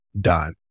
done